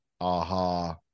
aha